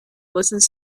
listens